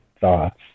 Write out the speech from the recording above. thoughts